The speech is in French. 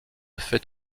fait